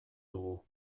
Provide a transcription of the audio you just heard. dugu